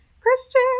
Christian